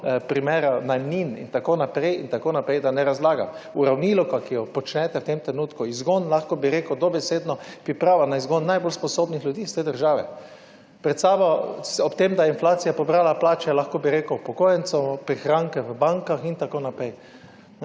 primerov najemnin, itn., itn., da ne razlagam. Uravnilovka, ki jo počnete v tem trenutku, izgon, lahko bi rekel dobesedno priprava na izgon najbolj sposobnih ljudi iz te države. Pred sabo… Ob tem, da je inflacija pobrala plače, lahko bi rekel, upokojencu, prihranke v bankah, itn.